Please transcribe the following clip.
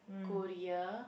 Korea